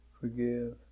forgive